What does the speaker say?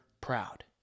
proud